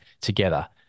together